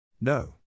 No